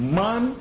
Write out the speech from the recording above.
man